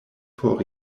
por